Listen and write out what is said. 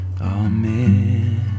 Amen